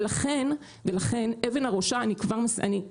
ולכן, ולכן, אבן הראשה, אני כבר מסיימת.